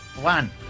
One